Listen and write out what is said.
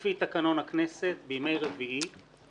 לפי תקנון הכנסת בימי רביעי,